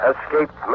Escaped